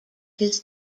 his